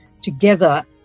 together